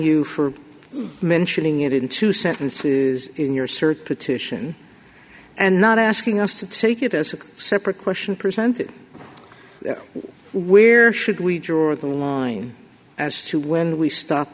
you for mentioning it in two sentences in your search petition and not asking us to take it as a separate question presented where should we draw the line as to when we stop